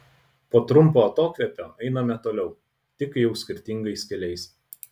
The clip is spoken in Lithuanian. po trumpo atokvėpio einame toliau tik jau skirtingais keliais